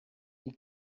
die